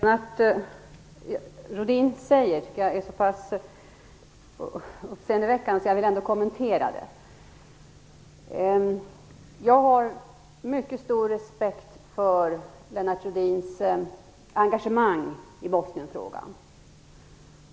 Herr talman! Det som Lennart Rohdin säger är så pass uppseendeväckande att jag vill kommentera det. Jag har mycket stor respekt för Lennart Rohdins engagemang i Bosnienfrågan.